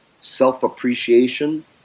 self-appreciation